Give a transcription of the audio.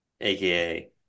AKA